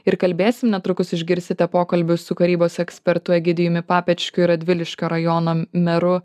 ir kalbėsim netrukus išgirsite pokalbius su karybos ekspertu egidijumi papečkiu ir radviliškio rajono meru